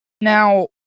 Now